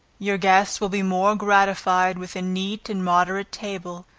your guests will be more gratified with a neat and moderate table,